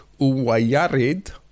Uwayarid